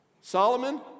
Solomon